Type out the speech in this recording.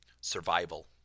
survival